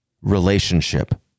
relationship